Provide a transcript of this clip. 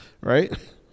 right